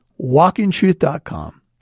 Walkintruth.com